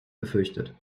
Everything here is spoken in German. befürchtet